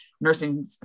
nursing